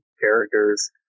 characters